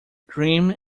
green